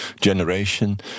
generation